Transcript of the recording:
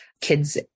kids